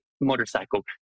motorcycle